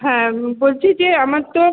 হ্যাঁ বলছি যে আমার তো